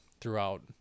throughout –